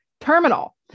terminal